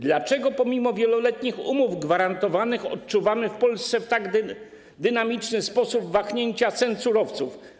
Dlaczego pomimo wieloletnich umów gwarantowanych odczuwamy w Polsce w tak dynamiczny sposób wahnięcia cen surowców?